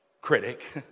critic